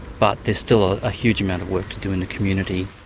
but there's still a ah huge amount of work to do in the community.